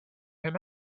him